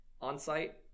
on-site